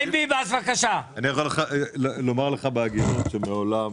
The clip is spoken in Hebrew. אני יכול לומר לך בהגינות שמעולם